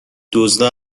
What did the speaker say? دزدا